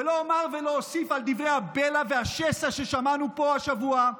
ולא אומר ולא אוסיף על דברי הבלע והשסע ששמענו פה השבוע,